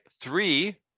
three